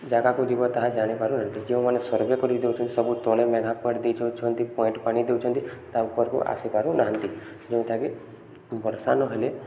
ଜାଗାକୁ ଯିବ ତାହା ଜାଣିପାରୁନାହାନ୍ତି ଯେଉଁମାନେ ସର୍ଭେ କରି ଦେଉଛନ୍ତି ସବୁ ତଳେ ମେଗା ପଏଣ୍ଟ ଦେଇ ଯାଉଛନ୍ତି ପଏଣ୍ଟ ପାଣି ଦେଉଛନ୍ତି ତା ଉପରକୁ ଆସିପାରୁନାହାନ୍ତି ଯେଉଁଟାକି ବର୍ଷା ନହେଲେ